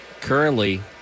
currently